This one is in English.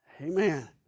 Amen